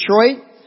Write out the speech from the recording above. Detroit